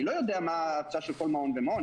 אני לא יודע מה הסף של כל מעון ומעון,